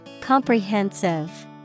Comprehensive